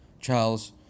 Charles